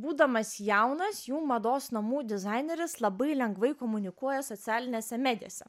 būdamas jaunas jų mados namų dizaineris labai lengvai komunikuoja socialinėse medijose